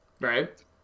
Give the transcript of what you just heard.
right